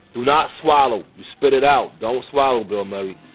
do not swallow, spit it out. don't swallow, bill murray.